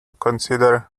consider